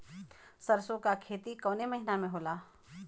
सरसों का खेती कवने महीना में होला?